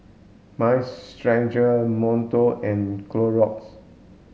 mind Stretcher Monto and Clorox